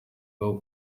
bwo